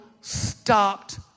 stopped